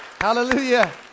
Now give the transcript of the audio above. Hallelujah